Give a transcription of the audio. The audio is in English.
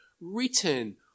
written